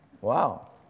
Wow